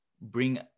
bring